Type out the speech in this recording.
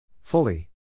Fully